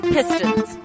Pistons